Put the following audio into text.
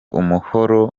umuhoro